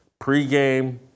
pregame